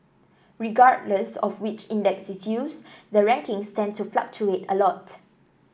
regardless of which index is used the rankings tend to fluctuate a lot